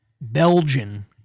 Belgian